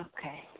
Okay